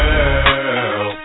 Girl